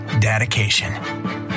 dedication